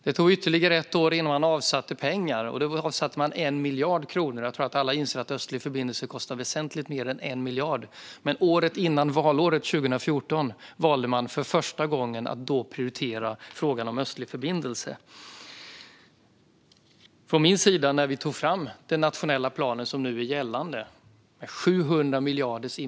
Det tog ytterligare ett år innan man avsatte pengar, och då avsatte man 1 miljard kronor. Jag tror att alla inser att Östlig förbindelse kostar väsentligt mer än 1 miljard. Året före valåret 2014 valde man för första gången att prioritera frågan om Östlig förbindelse. Den nationella plan som vi tog fram och som nu gäller innehåller investeringar på 700 miljarder.